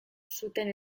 zuten